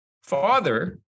father